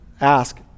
ask